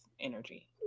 energy